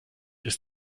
ist